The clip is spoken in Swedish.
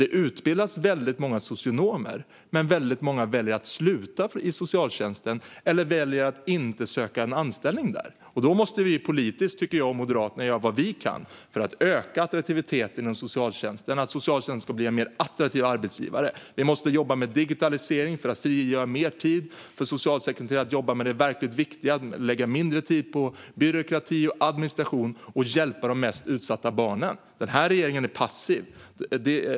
Det utbildas många socionomer, men många väljer att sluta i socialtjänsten eller inte ens söka anställning där. Då måste vi politiskt, tycker jag och Moderaterna, göra vad vi kan för att öka attraktiviteten i socialtjänsten så att socialtjänsten blir en mer attraktiv arbetsgivare. Vi måste jobba med digitalisering för att frigöra mer tid så att socialsekreterare kan jobba med det verkligt viktiga, som att hjälpa de mest utsatta barnen, och lägga mindre tid på byråkrati och administration. Regeringen är passiv.